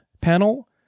panel